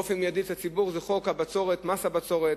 מייד, אצל הציבור זה חוק הבצורת, מס הבצורת,